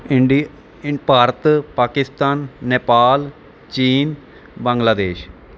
indie Bharat Pakistan Nepal ਚੀਨ ਬੰਗਲਾਦੇਸ਼